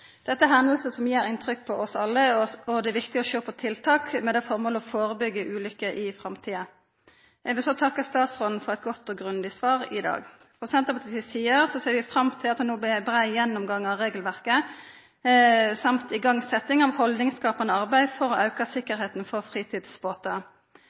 Dette er hendingar som gjer inntrykk på oss alle, og det er viktig å sjå på tiltak med det formål å førebyggja ulykker i framtida. Eg vil så takka statsråden for eit godt og grundig svar i dag. Frå Senterpartiet si side ser vi fram til ein brei gjennomgang av regelverket og igangsetjing av haldningsskapande arbeid for å auka